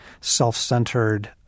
self-centered